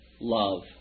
love